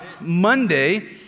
Monday